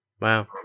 Wow